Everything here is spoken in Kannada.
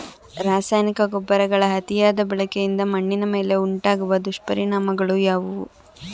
ರಾಸಾಯನಿಕ ಗೊಬ್ಬರಗಳ ಅತಿಯಾದ ಬಳಕೆಯಿಂದ ಮಣ್ಣಿನ ಮೇಲೆ ಉಂಟಾಗುವ ದುಷ್ಪರಿಣಾಮಗಳು ಯಾವುವು?